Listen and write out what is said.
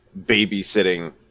babysitting